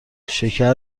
شکر